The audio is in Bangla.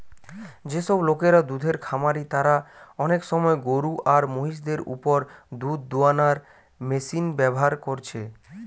যেসব লোকরা দুধের খামারি তারা অনেক সময় গরু আর মহিষ দের উপর দুধ দুয়ানার মেশিন ব্যাভার কোরছে